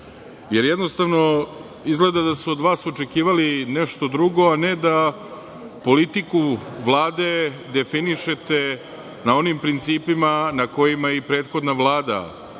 jer jednostavno izgleda da su od vas očekivali nešto drugo, a ne da politiku Vlade definišete na onim principima na kojima je prethodna Vlada